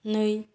नै